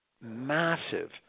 massive